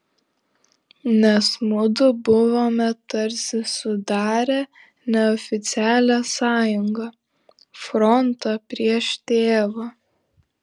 nes mudu buvome tarsi sudarę neoficialią sąjungą frontą prieš tėvą